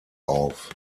auf